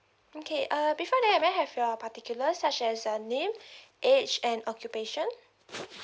okay uh before that may I have your particulars such as a name age and occupation